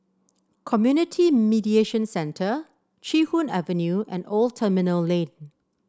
Community Mediation Centre Chee Hoon Avenue and Old Terminal Lane